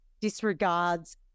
disregards